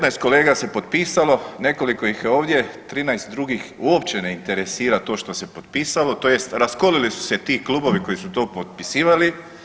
19 kolega se potpisalo, nekoliko ih je ovdje, 13 drugih uopće ne interesira to što se potpisalo, tj. raskolili su se ti klubovi koji su to potpisivali.